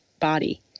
body